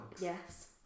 yes